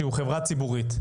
שהוא חברה ציבורית,